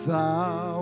Thou